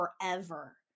forever